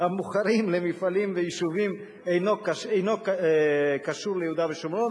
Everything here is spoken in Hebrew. המוכרים למפעלים ויישובים אינו קשור ליהודה ושומרון,